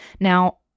Now